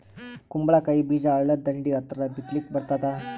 ಕುಂಬಳಕಾಯಿ ಬೀಜ ಹಳ್ಳದ ದಂಡಿ ಹತ್ರಾ ಬಿತ್ಲಿಕ ಬರತಾದ?